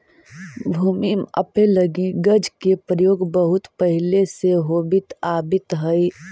भूमि मापे लगी गज के प्रयोग बहुत पहिले से होवित आवित हइ